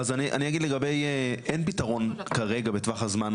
אז אני אגיד לגבי אין פתרון כרגע בטווח הזמן